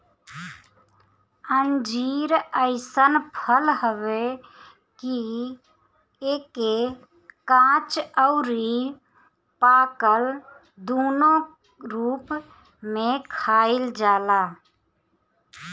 अंजीर अइसन फल हवे कि एके काच अउरी पाकल दूनो रूप में खाइल जाला